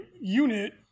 unit